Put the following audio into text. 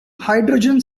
hydrogen